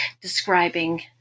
describing